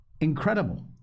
Incredible